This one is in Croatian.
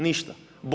Ništa.